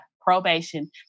probation